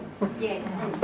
Yes